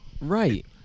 right